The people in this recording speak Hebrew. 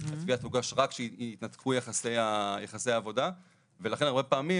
התביעה תוגש רק כשהתנתקו יחסי העבודה ולכן הרבה פעמים